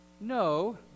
No